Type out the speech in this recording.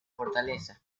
fortaleza